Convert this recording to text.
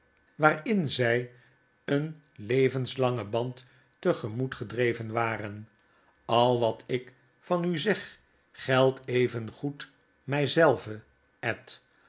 waarin zy een levenslangen band te gemoet gedreven waren al wat ik van u zeg geldt evengoed my zelve ed